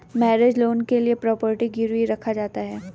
mortgage loan के लिए property गिरवी रखा जाता है